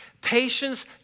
patience